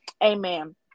amen